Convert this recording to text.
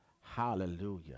Hallelujah